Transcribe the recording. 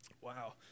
Wow